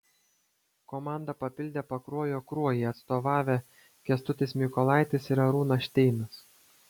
komanda papildė pakruojo kruojai atstovavę kęstutis mykolaitis ir arūnas šteinas